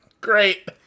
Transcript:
Great